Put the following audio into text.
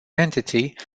entity